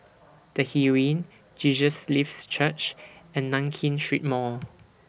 The Heeren Jesus Lives Church and Nankin Street Mall